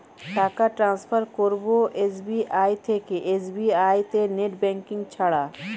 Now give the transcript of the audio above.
টাকা টান্সফার করব এস.বি.আই থেকে এস.বি.আই তে নেট ব্যাঙ্কিং ছাড়া?